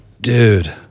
Dude